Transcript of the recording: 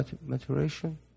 maturation